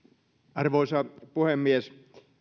arvoisa puhemies